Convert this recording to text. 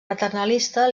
paternalista